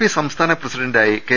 P സംസ്ഥാന പ്രസിഡന്റായി K